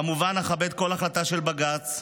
כמובן, אכבד כל החלטה של בג"ץ,